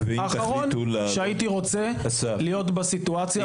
האחרון שהייתי רוצה להיות בסיטואציה הזאת.